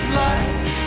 light